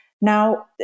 Now